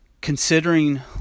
considering